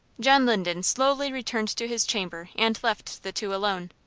john linden slowly returned to his chamber, and left the two alone.